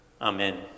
Amen